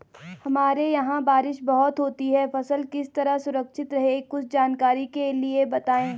हमारे यहाँ बारिश बहुत होती है फसल किस तरह सुरक्षित रहे कुछ जानकारी के लिए बताएँ?